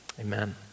Amen